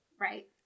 right